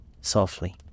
softly